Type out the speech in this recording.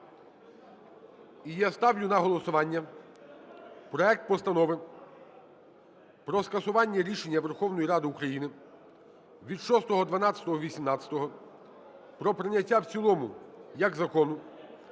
І я ставлю на голосування проект Постанови про скасування рішення Верховної Ради України від 06.12.2018 про прийняття в цілому, як закону